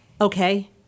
Okay